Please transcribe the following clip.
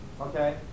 okay